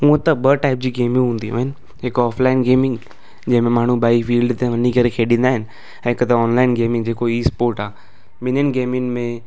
हूअं त ॿ टाइप जी गेमियूं हूंदियूं आहिनि हिकु ऑफलाइन गेमिंग जंहिंमें माण्हू भई फील्ड ते वञी करे खेॾींदा आहिनि हिकु त ऑनलाइन गेमिंग जेको ई स्पोट आहे ॿिन्हिनि गेमियुनि में